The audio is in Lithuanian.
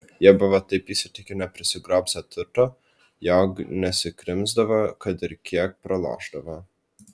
jie buvo taip įsitikinę prisigrobsią turto jog nesikrimsdavo kad ir kiek pralošdavo